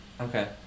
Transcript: Okay